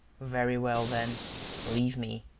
very well, then leave me.